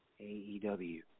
AEW